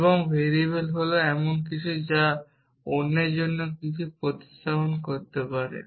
এবং ভেরিয়েবল হল এমন কিছু যা আপনি অন্যের জন্য কিছু প্রতিস্থাপন করতে পারেন